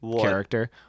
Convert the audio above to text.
character